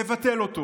לבטל אותו.